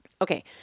Okay